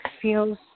feels